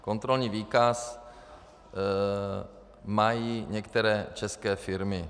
Kontrolní výkaz mají některé české firmy.